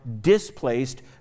displaced